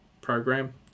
program